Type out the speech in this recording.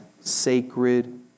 sacred